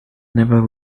never